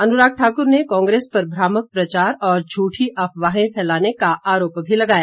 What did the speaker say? अनुराग ठाकुर ने कांग्रेस पर भ्रामक प्रचार और झूठी अफवाहें फैलाने का आरोप भी लगाया